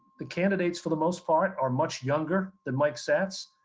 the candidates for the most part, are much younger than mike satz.